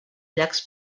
llacs